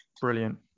brilliant